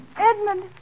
Edmund